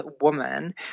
woman